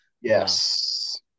Yes